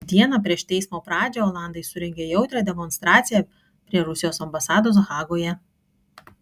dieną prieš teismo pradžią olandai surengė jautrią demonstraciją prie rusijos ambasados hagoje